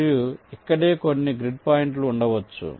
మరియు ఇక్కడే కొన్ని గ్రిడ్ పాయింట్లు ఉండవచ్చు